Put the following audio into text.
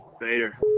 Vader